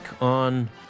on